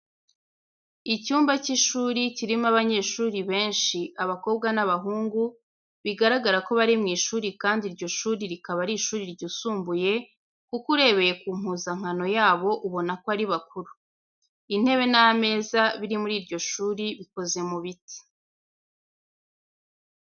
Icyumba cy'ishuri kirimo abanyeshuri benshi: abakobwa n'abahungu, bigaragara ko bari mu ishuri kandi iryo shuri rikaba ari ishuri ryisumbuye, kuko urebeye ku mpuzankano yabo ubona ko ari bakuru. Intebe n'ameza biri muri iryo shuri, bikoze mu biti.